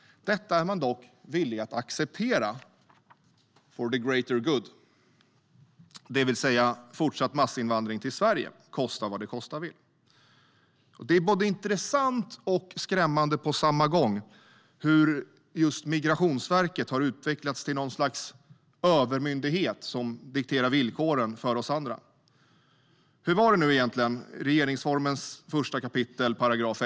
Detta är man dock villig att acceptera - for the greater good, det vill säga fortsatt massinvandring till Sverige, kosta vad det kosta vill. Det är både intressant och skrämmande på samma gång hur just Migrationsverket har utvecklats till något slags övermyndighet som dikterar villkoren för oss andra. Vad står det egentligen i regeringsformens 1 kap. 1 §?